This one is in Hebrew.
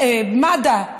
מד"א,